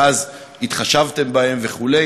ואז התחשבתם בהם וכו'.